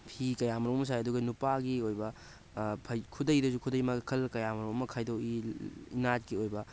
ꯐꯤ ꯀꯌꯥ ꯃꯔꯨꯝ ꯑꯃ ꯁꯥꯏ ꯑꯗꯨꯒ ꯅꯨꯄꯥꯒꯤ ꯑꯣꯏꯕ ꯈꯨꯗꯩꯗꯁꯨ ꯈꯨꯗꯩ ꯃꯈꯜ ꯀꯌꯥ ꯃꯔꯨꯝ ꯑꯃ ꯈꯥꯏꯗꯣꯛꯏ ꯏꯅꯥꯠꯀꯤ ꯑꯣꯏꯕ